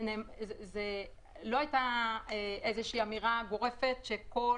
לא הייתה איזו שהיא אמירה גורפת שכל